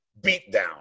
beatdown